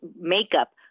makeup